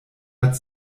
hat